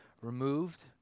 removed